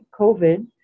COVID